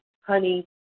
honey